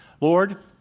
Lord